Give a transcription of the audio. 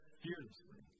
fearlessly